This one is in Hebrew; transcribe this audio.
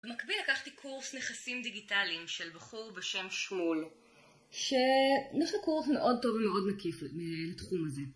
במקביל, לקחתי קורס נכסים דיגיטליים, של בחור בשם שמול, שיש לו קורס מאוד טוב ומאוד מקיף לתחום הזה.